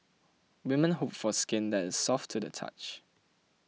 women hope for skin that is soft to the touch